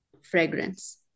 Fragrance